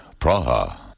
Praha